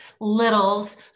littles